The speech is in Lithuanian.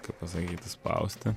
kaip pasakyti spausti